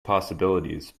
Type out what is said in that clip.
possibilities